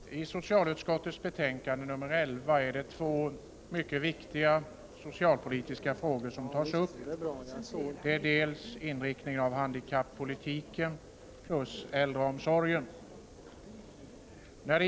Herr talman! I socialutskottets betänkande 11 tas upp två mycket viktiga socialpolitiska frågor, nämligen inriktningen av handikappolitiken och äldreomsorgen.